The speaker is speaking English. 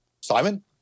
Simon